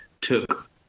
took